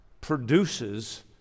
produces